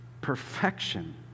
perfection